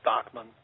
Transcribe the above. Stockman